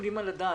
מתקבלים על הדעת,